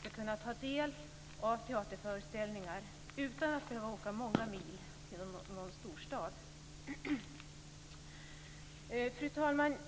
skall kunna ta del av teaterföreställningar utan att behöva åka många mil till någon storstad. Fru talman!